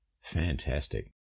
Fantastic